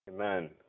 Amen